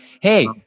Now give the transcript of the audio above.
hey